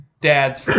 Dad's